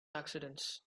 accidents